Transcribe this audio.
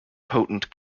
potent